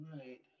right